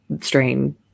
strain